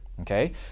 Okay